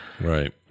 Right